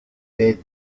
dead